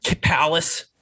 palace